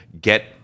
get